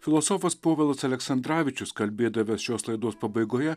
filosofas povilas aleksandravičius kalbėdavęs šios laidos pabaigoje